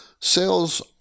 Sales